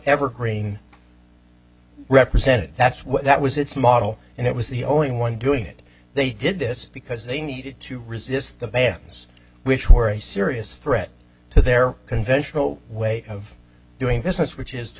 evergreen represented that's what that was its model and it was the only one doing it they did this because they needed to resist the bad ones which were a serious threat to their conventional way of doing business which is to